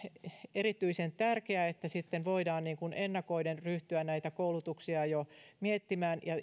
erityisen tärkeää että sitten voidaan ennakoiden ryhtyä koulutuksia jo miettimään ja